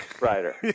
rider